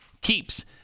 Keeps